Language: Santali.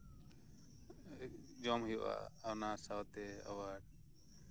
ᱡᱚᱢ ᱦᱳᱭᱳᱜᱼᱟ ᱚᱱᱟ ᱥᱟᱶᱛᱮ ᱟᱵᱟᱨ